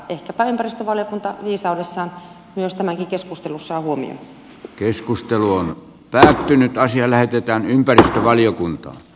ehkäpä ympäristövaliokunta viisaudessaan myös tämänkin keskustelussaan on huomioinut